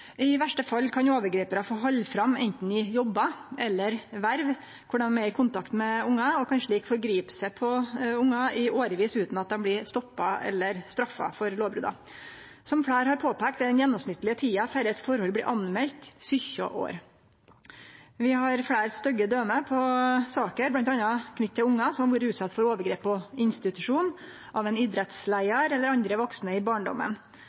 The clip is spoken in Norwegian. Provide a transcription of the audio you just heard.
I verste fall kan overgriparar få halde fram anten i jobbar eller i verv der dei er i kontakt med ungar, og slik kan forgripe seg på ungar i årevis utan at dei blir stoppa eller straffa for lovbrota. Som fleire har påpeikt, er den gjennomsnittlege tida det tek før eit forhold blir politimeldt, 17 år. Vi har fleire stygge døme på saker bl.a. knytte til ungar som i barndomen har vorte utsette for overgrep på institusjon, av ein idrettsleiar eller av andre vaksne.